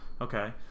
okay